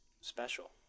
special